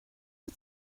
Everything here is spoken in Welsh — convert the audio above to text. wyt